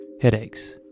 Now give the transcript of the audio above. Headaches